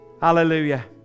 hallelujah